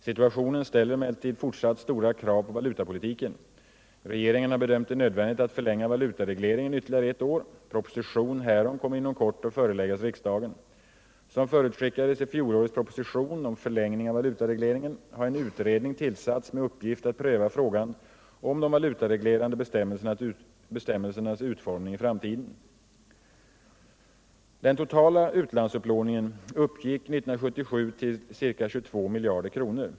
Situationen ställer emellertid fortsatt stora krav på valutapolitiken. Regeringen har bedömt det nödvändigt att förlänga valutaregleringen ytterligare ett år. Proposition härom kommer inom kort att föreläggas riksdagen. Som förutskickades i fjolårets proposition om förlängning av valutaregleringen har en utredning tillsatts med uppgift att pröva frågan om de valutareglerade bestämmelsernas utformning i framtiden. Den totala utlandsupplåningen uppgick år 1977 till ca 22 miljarder kronor.